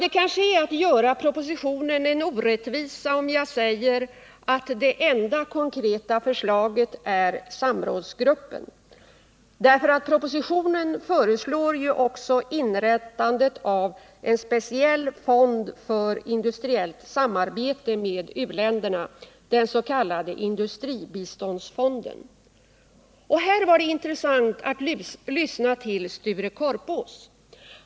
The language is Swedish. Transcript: Det är kanske att vara orättvis mot propositionen, om jag säger att det enda konkreta förslaget är samrådsgruppens, eftersom det i propositionen ju också föreslås inrättandet av en speciell fond för industriellt samarbete med uländerna, den s.k. industribiståndsfonden. Här var det intressant att lyssna till Sture Korpås.